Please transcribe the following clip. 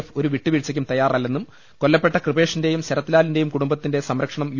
F ഒരുവിട്ടുവീഴ്ചയ്ക്കും തയ്യാറല്ലെന്നും കൊല്ലപ്പെട്ട കൃപേഷിന്റെയും ശരത്ലാലിന്റെയും കുടുംബത്തിന്റെ സംരക്ഷണം യു